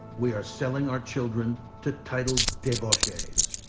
we are selling our children to titled debauchees.